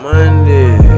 Monday